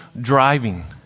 driving